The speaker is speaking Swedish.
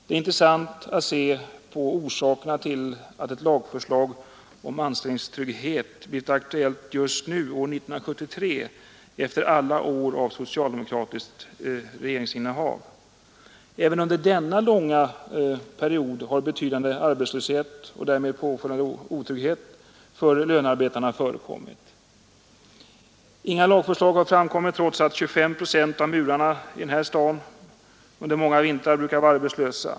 Det är intressant att se på orsakerna till att ett lagförslag om anställningstrygghet blivit aktuellt just nu år 1973 efter alla år av socialdemokratiskt regeringsinnehav. Även under denna långa period har betydande arbetslöshet och därmed följande otrygghet för lönearbetarna förekommit. Inga lagförslag har framkommit trots att 25 procent av murarna i denna stad under många vintrar varit arbetslösa.